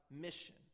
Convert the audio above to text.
mission